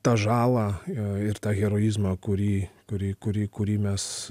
tą žalą ir tą heroizmą kurį kurį kurį kurį mes